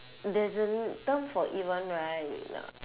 there's an term for it [one] right you know